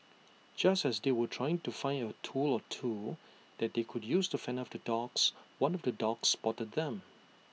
just as they were trying to find A tool or two that they could use to fend off the dogs one of the dogs spotted them